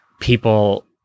people